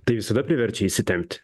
tai visada priverčia įsitempt